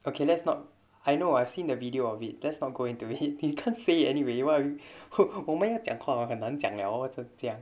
okay let's not I know I've seen the video of it that's not going to reheat the can't say anyway you want to cook for me at their court 很难讲了我的再见